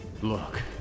Look